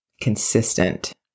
consistent